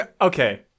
Okay